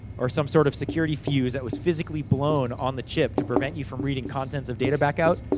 or some sort of security fuse, that was physically blown on the chip, to prevent you from reading contents of data back out,